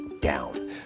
down